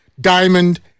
diamond